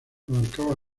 abarcaba